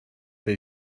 they